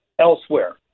elsewhere